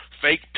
fake